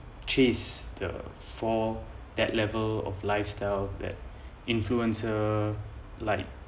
chase the for that level of lifestyle that influencer like